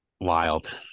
Wild